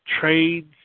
trades